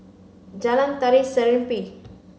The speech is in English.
Jalan Tari Serimpi